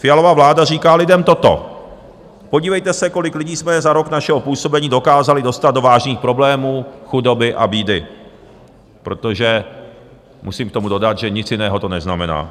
Fialova vláda říká lidem toto: Podívejte se, kolik lidí jsme za rok našeho působení dokázali dostat do vážných problémů, chudoby a bídy, protože musím k tomu dodat, že nic jiného to neznamená.